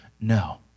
No